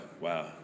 wow